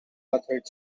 authored